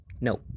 No